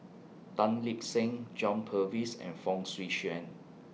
Tan Lip Seng John Purvis and Fong Swee Suan